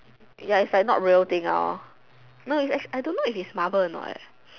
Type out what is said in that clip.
ya is like not real thing is actually I don't know if is Marvel or not